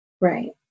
Right